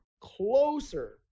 closer